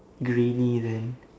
grey knee length